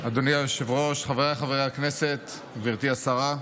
אדוני היושב-ראש, חבריי חברי הכנסת, גברתי השרה,